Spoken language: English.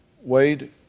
Wade